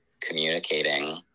communicating